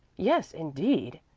yes, indeed.